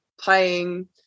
playing